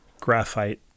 graphite